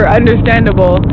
understandable